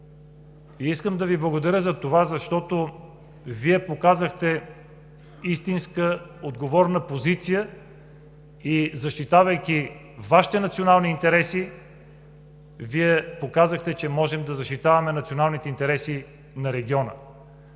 искам да Ви благодаря, защото Вие показахте истинска отговорна позиция. Защитавайки Вашите национални интереси, Вие показахте, че можем да защитаваме националните интереси на региона.